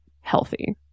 healthy